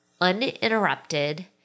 uninterrupted